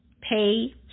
pay